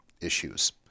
issues